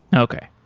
okay.